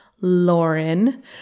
Lauren